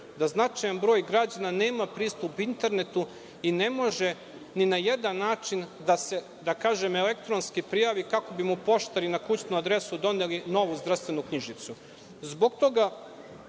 da značajan broj građana nema pristup internetu i ne može ni na jedan način, da kažem, elektronski da se prijavi kako bi mu poštari na kućnu adresu doneli novu zdravstvenu knjižicu. Pre